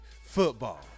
football